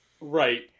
Right